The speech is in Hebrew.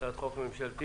הצעת חוק ממשלתית.